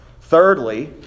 Thirdly